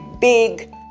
big